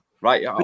right